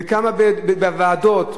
בוועדות,